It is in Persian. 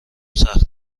سخت